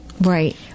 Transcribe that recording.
Right